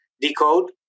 Decode